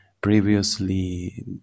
previously